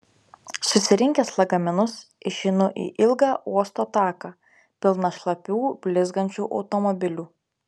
susirinkęs lagaminus išeinu į ilgą uosto taką pilną šlapių blizgančių automobilių